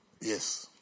Yes